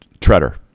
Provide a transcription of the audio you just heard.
Treader